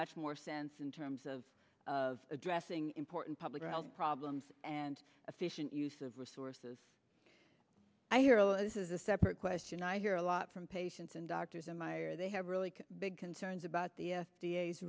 much more sense in terms of of addressing important public health problems and efficient use of resources i hear less is a separate question i hear a lot from patients and doctors in my ear they have really big concerns about the f